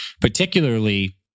Particularly